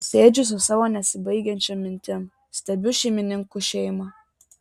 sėdžiu su savo nesibaigiančiom mintim stebiu šeimininkų šeimą